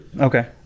Okay